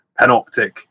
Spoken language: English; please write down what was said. panoptic